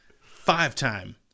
Five-time